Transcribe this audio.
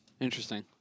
Interesting